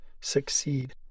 succeed